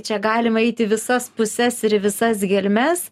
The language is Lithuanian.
čia galima eit į visas puses ir į visas gelmes